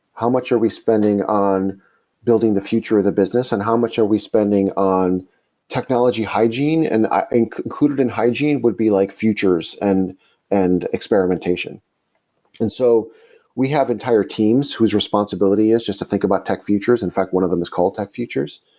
how much are we spending on building the future of the business and how much are we spending on technology hygiene. and ah included in hygiene would be like futures and and experimentation experimentation and so we have entire teams whose responsibility is just to think about tech futures. in fact, one of them is called tech futures.